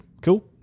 Cool